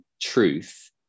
truth